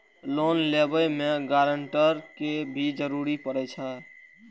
Loan लेबे में guarantor के भी जरूरी परे छै?